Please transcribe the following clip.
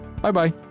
Bye-bye